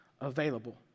available